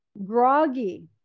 groggy